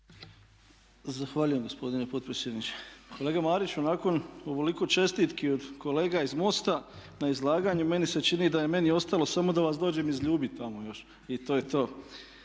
Zahvaljujem gospodine potpredsjedniče. Kolega Mariću, nakon ovoliko čestitki od kolega iz MOSTA na izlaganju meni se čini da je meni ostalo samo da vas dođem izljubit tamo još i to je to.